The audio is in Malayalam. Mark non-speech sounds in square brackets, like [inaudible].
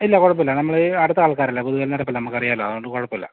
ഇല്ല കുഴപ്പമില്ല നമ്മൾ ഈ അടുത്ത ആൾക്കാരല്ലേ [unintelligible] ഇപ്പോൾ നമുക്കറിയാമല്ലോ അതുകൊണ്ട് കുഴപ്പമില്ല